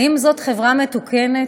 האם זאת חברה מתוקנת,